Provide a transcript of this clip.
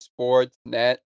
Sportsnet